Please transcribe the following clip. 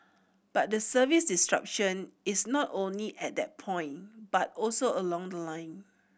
but the service disruption is not only at that point but also along the line